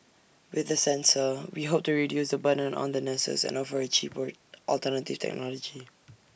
with the sensor we hope to reduce the burden on the nurses and offer A cheaper alternative technology